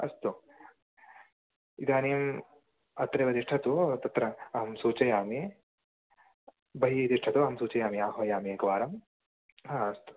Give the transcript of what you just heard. अस्तु इदानीम् अत्रेव तिष्ठतु तत्र अहं सूचयामि बहिः तिष्ठतु अहं सूचयामि आह्वयामि एकवारं हा अस्तु